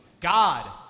God